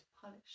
polish